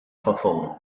verformung